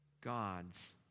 God's